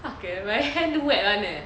fuck eh my hand wet [one] eh